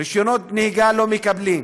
רישיונות נהיגה לא מקבלים.